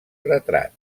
retrat